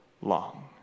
long